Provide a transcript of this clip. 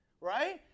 right